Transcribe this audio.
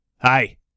Hi